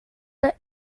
the